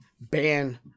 ban